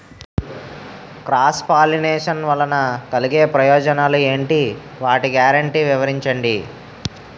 Cross pollination వలన కలిగే ప్రయోజనాలు ఎంటి? వాటి గ్యారంటీ వివరించండి?